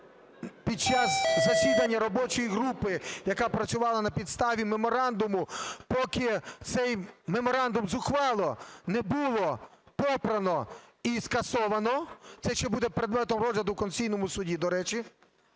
під час робочої групи, яка працювала на підставі меморандуму, поки цей меморандум зухвало не було попрано і скасовано, це ще буде предметом розгляду в Конституційному Суді, до речі.